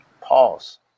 Pause